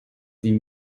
sie